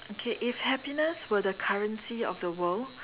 okay if happiness were the currency of the world